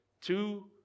two